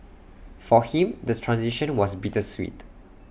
for him the transition was bittersweet